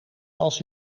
als